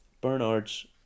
bernard's